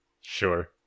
Sure